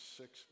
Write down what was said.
six